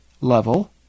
level